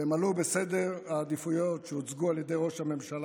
והן עלו בסדר העדיפויות שהוצגו על ידי ראש הממשלה,